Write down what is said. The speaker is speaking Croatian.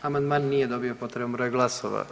Amandman nije dobio potreban broj glasova.